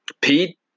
Pete